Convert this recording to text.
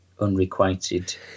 unrequited